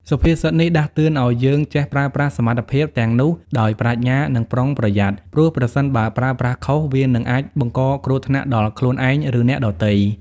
សុភាសិតនេះដាស់តឿនឲ្យយើងចេះ ប្រើប្រាស់សមត្ថភាពទាំងនោះដោយប្រាជ្ញា និងប្រុងប្រយ័ត្ន ព្រោះប្រសិនបើប្រើប្រាស់ខុស វានឹងអាចបង្កគ្រោះថ្នាក់ដល់ខ្លួនឯង ឬអ្នកដទៃ។